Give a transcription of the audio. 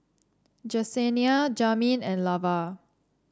Jesenia Jamin and Lavar